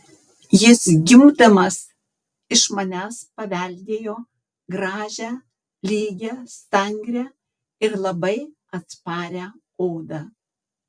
jis gimdamas iš manęs paveldėjo gražią lygią stangrią ir labai atsparią odą